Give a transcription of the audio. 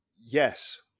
yes